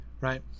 right